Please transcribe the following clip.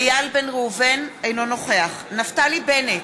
אינו נוכח נפתלי בנט,